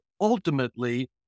ultimately